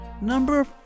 Number